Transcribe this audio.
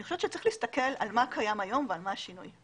אני חושבת שצריך להסתכל על מה קיים היום ומה השינוי.